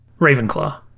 Ravenclaw